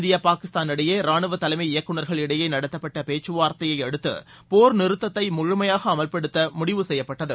India Pakistan இடையேராணுவதலைமை இயக்குநர்கள் இடையேநடத்தப்பட்டபேச்சுவார்த்தையைஅடுத்துபோர் நிறுத்தத்தைமுழுமையாகஅமல்படுத்தமுடிவு செய்யப்பட்டது